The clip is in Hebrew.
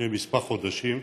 לפני כמה חודשים.